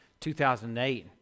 2008